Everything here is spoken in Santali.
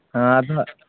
ᱟᱨ